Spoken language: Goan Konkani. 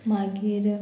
मागीर